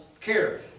care